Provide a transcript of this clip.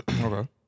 Okay